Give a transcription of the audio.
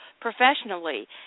professionally